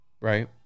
right